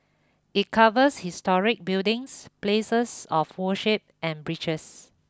it covers historic buildings places of worship and bridges